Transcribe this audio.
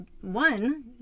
one